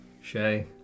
Shay